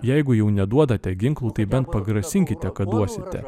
jeigu jau neduodate ginklų tai bent pagrasinkite kad duosite